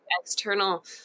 external